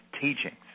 teachings